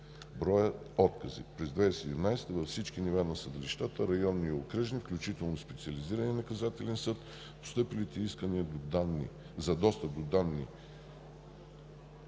са отказите. През 2017 г. във всички нива на съдилищата – районни и окръжни, включително Специализираният наказателен съд, постъпилите искания за достъп до данните